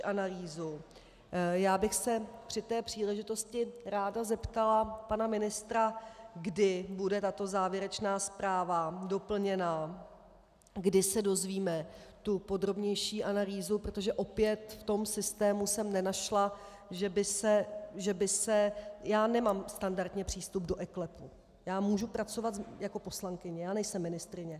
Já bych se při té příležitosti ráda zeptala pana ministra, kdy bude tato závěrečná zpráva doplněna, kdy se dozvíme tu podrobnější analýzu, protože opět v tom systému jsem nenašla, že by se já nemám standardně přístup do eKLEPu, já mohu pracovat jako poslankyně, já nejsem ministryně.